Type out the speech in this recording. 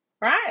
right